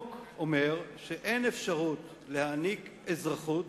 והחוק אומר שאין אפשרות להעניק אזרחות